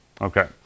Okay